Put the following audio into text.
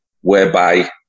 whereby